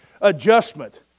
adjustment